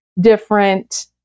different